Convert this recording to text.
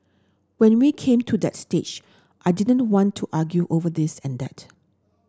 when we came to that stage I didn't want to argue over this and that